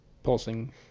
pulsing